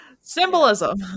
symbolism